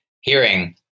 hearing